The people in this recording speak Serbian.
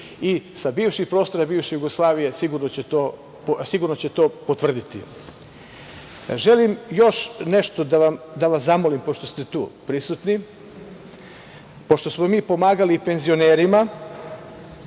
i sa bivših prostora i bivše Jugoslavije, sigurno će to potvrditi. Želim još nešto da vas zamolim pošto ste tu prisutni. Pošto smo mi pomagali penzionerima,